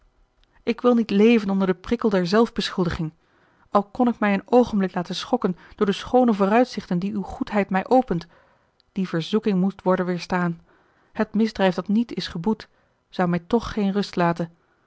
ik wil niet leven onder den prikkel der zelfbeschuldiging al kon ik mij een oogenblik laten schokken door de schoone vooruitzichten die uwe goedheid mij opent die verzoeking moet worden weêrstaan het misdrijf dat niet is geboet zou mij toch geene ruste laten